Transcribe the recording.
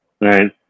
Right